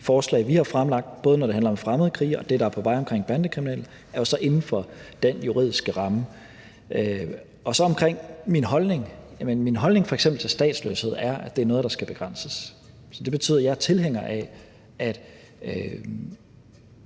forslag, vi har fremlagt, både når det handler om fremmedkrigere og om det, der er på vej omkring bandekriminelle, er jo så inden for den juridiske ramme. Så blev der spurgt til min holdning, og der vil jeg sige, at min holdning til f.eks. statsløshed er, at det er noget, der skal begrænses. Det betyder, at jeg er tilhænger af, at